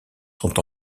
sont